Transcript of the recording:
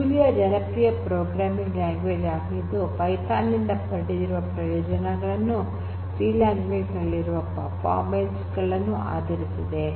Julia ಜನಪ್ರಿಯ programming language ಆಗಿದ್ದು Python ನಿಂದ ಪಡೆದಿರುವ ಪ್ರಯೋಜನಗಳನ್ನು ಮತ್ತು ಸಿ ಲ್ಯಾಂಗ್ವೇಜ್ ನಲ್ಲಿರುವ ಪರ್ಫಾರ್ಮೆನ್ಸ್ ಗಳನ್ನು ಆಧರಿಸಿದೆ